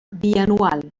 bianual